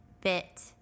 bit